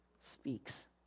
speaks